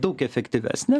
daug efektyvesnė